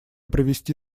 привести